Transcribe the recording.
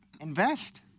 Invest